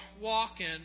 walking